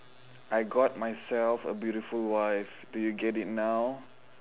I got myself a beautiful wife do you get it now